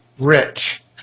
rich